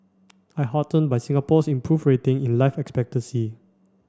I'm heartened by Singapore's improved ratings in life expectancy